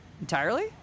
Entirely